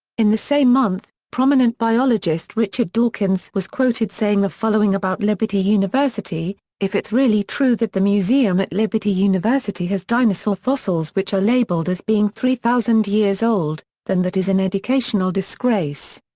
in the same month, prominent biologist richard dawkins was quoted saying the following about liberty university if it's really true that the museum at liberty university has dinosaur fossils which are labeled as being three thousand years old, then that is an educational disgrace.